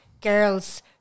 girls